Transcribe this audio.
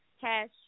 cash